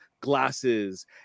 glasses